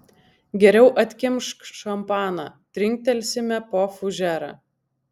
geriau atkimšk šampaną trinktelsime po fužerą